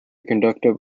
conductive